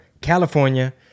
California